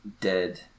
dead